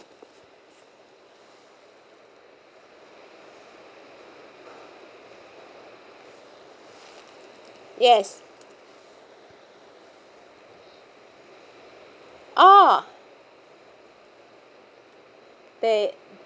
yes oh they